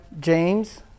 james